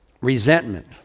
resentment